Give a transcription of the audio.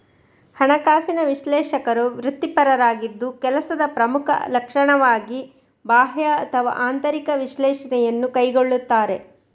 ಹಣಕಾಸಿನ ವಿಶ್ಲೇಷಕರು ವೃತ್ತಿಪರರಾಗಿದ್ದು ಕೆಲಸದ ಪ್ರಮುಖ ಲಕ್ಷಣವಾಗಿ ಬಾಹ್ಯ ಅಥವಾ ಆಂತರಿಕ ವಿಶ್ಲೇಷಣೆಯನ್ನು ಕೈಗೊಳ್ಳುತ್ತಾರೆ